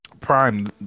Prime